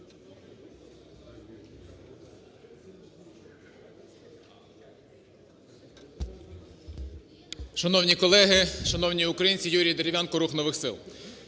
Шановні колеги! Шановні українці! Юрій Дерев'янко, "Рух нових сил".